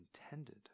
intended